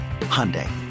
Hyundai